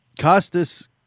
Costas